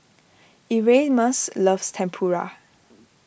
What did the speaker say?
Erasmus loves Tempura